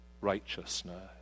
righteousness